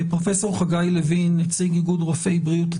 פרופ' חגי לוין, נציג איגוד רופאי בריאות הציבור,